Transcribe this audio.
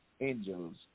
Angels